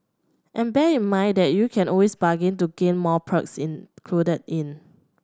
and bear in mind that you can always bargain to get more perks included in